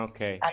Okay